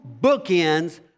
bookends